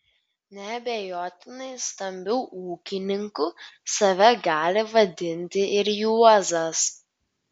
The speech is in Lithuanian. neabejotinai stambiu ūkininku save gali vadinti ir juozas